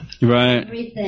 Right